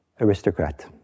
aristocrat